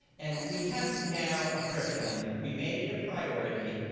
and we have now a curriculum. we made it a priority.